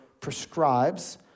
prescribes